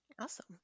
Awesome